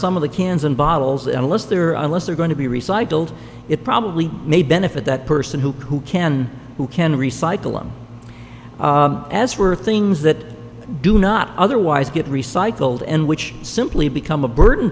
some of the cans and bottles unless there are less are going to be recycled it probably may benefit that person who who can who can recycle them as were things that do not otherwise get recycled and which simply become a burden